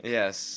yes